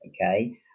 okay